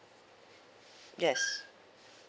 yes